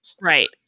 Right